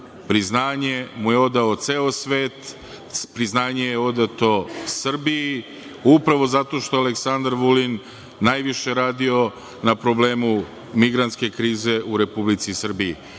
priznanje mu je odao ceo svet, priznanje je odato Srbiji upravo zato što je Aleksandar Vulin najviše radio naproblemu migrantske krize u Republici Srbiji.